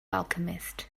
alchemist